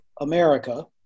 America